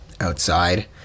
outside